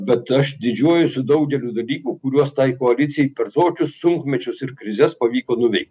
bet aš didžiuojuosi daugeliu dalykų kuriuos tai koalicijai per tokius sunkmečius ir krizes pavyko nuvei